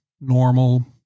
normal